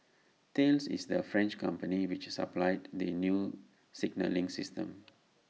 Thales is the French company which supplied the new signalling system